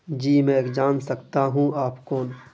جی میں جان سکتا ہوں آپ کون